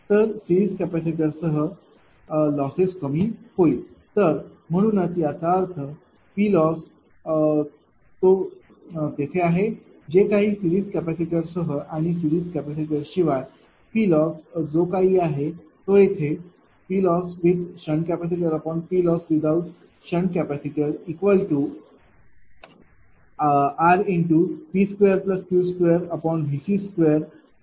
तर सिरीज कॅपेसिटरसह लॉसेस कमी होईल तर म्हणूनच याचा अर्थ PLoss तो तेथेआहे जे काही सिरीज कॅपेसिटरसह आणि सिरीज कॅपेसिटर शिवाय PLoss जो काही आहे तो तेथे PLosswith SCPLosswithout SCrP2Q2Vc2rP2Q2V2V2Vc2 आहे